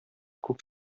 күк